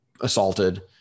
assaulted